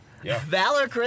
Valor